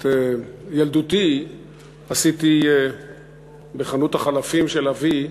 את ילדותי עשיתי בחנות החלפים של אבי,